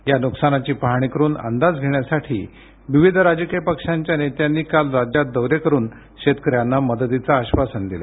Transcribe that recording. या नुकसानाची पाहणी करुन अंदाज घेण्यासाठी विविध राजकीय पक्षांच्या नेत्यांनी काल राज्यात दौरे करुन शेतकऱ्यांना मदतीचं आश्वासनं दिल